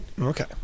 Okay